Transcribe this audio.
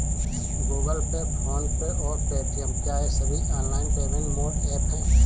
Google Pay PhonePe और Paytm क्या ये सभी ऑनलाइन पेमेंट मोड ऐप हैं?